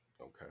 Okay